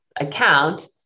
account